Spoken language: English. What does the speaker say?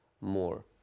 more